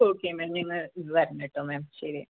okay ma'am നിങ്ങൾ വരണോട്ടോ ma'am ശരി